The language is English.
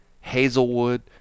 hazelwood